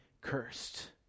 cursed